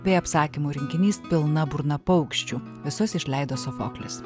bei apsakymų rinkinys pilna burna paukščių visus išleido sofoklis